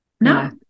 no